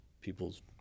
people's